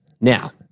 now